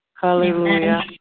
Hallelujah